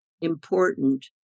important